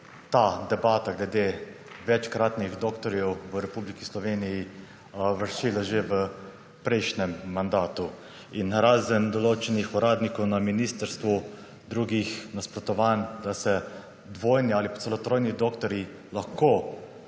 ta debata glede večkratnih doktorjev v Republiki Sloveniji vršila že v prejšnjem mandatu in razen določenih uradnikov na ministrstvu, drugih nasprotovanj, da se vojni ali pa celo trojni doktorji lahko